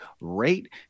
rate